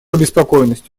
обеспокоенность